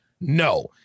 No